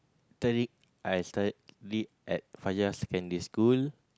I studied at Fajar Secondary School